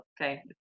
Okay